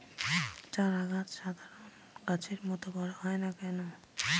চারা গাছ সাধারণ গাছের মত বড় হয় না কেনো?